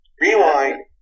Rewind